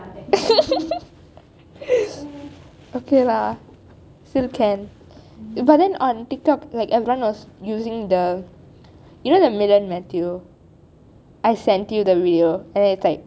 err okay lah still can but then on tiktok like everyone was using the you know the miriam matthew I sent you the video and it is like